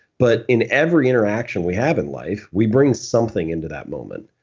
but in every interaction we have in life, we bring something into that moment.